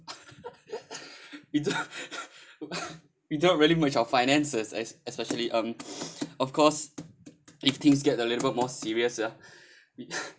we do we don't have really merge our finances as especially um of course if things get a little more serious ya